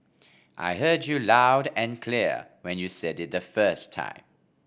I heard you loud and clear when you said it the first time